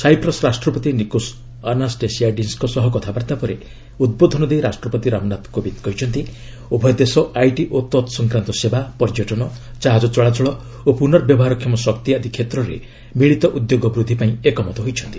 Cyprus ରାଷ୍ଟ୍ରପତି Nicos ଆନାଷ୍ଟେସିଆଡିସ୍ଙ୍କ ସହ କଥାବାର୍ତ୍ତା ପରେ ଉଦ୍ବୋଧନ ଦେଇ ରାଷ୍ଟ୍ରପତି ରାମନାଥ କୋବିନ୍ଦ କହିଛନ୍ତି ଉଭୟ ଦେଶ ଆଇଟି ଓ ତତ୍ସଂକ୍ରାନ୍ତ ସେବା ପର୍ଯ୍ୟଟନ ଜାହାଜ ଚଳାଚଳ ଓ ପୁନଃବ୍ୟବହାରକ୍ଷମ ଶକ୍ତି ଆଦି କ୍ଷେତ୍ରରେ ମିଳିତ ଉଦ୍ୟୋଗ ବୃଦ୍ଧି ପାଇଁ ଏକମତ ହୋଇଛନ୍ତି